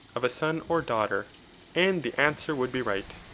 of a son or daughter and the answer would be right